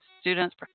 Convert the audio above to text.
Students